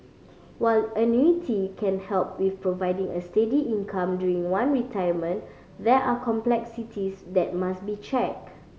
while annuity can help with providing a steady income during one retirement there are complexities that must be check